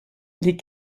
les